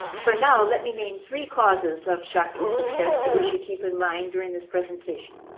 for now, let me name three causes of shakti's success but we should keep in mind during this presentation.